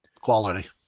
Quality